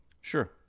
Sure